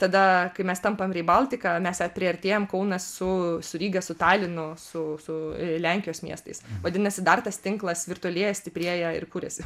tada kai mes tampam rail baltika mes ją priartėjam kauną su su ryga su talinu su su lenkijos miestais vadinasi dar tas tinklas virtualėja stiprėja ir kuriasi